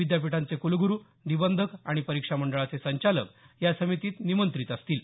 विद्यापीठाचे कुलगुरू निबंधक आणि परीक्षा मंडळाचे संचालक या समितीत निमंत्रित असतील